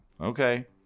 Okay